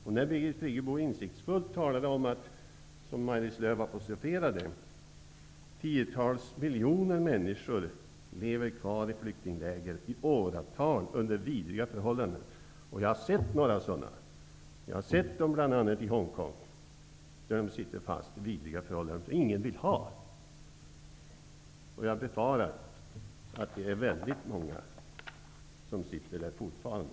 Birgit Friggebo talade insiktsfullt om -- vilket Maj-Lis Lööw apostroferade -- att tiotals miljoner människor lever kvar i flyktingläger i åratal under vidriga förhållanden. Jag har sett sådana flyktingläger, bl.a. i Hongkong, där människor sitter fast i vidriga förhållanden. Jag befarar att många av dem jag såg då sitter kvar där fortfarande.